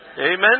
Amen